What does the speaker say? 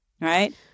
right